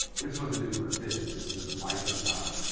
which is what the new birth is, it's the life of god,